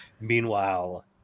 meanwhile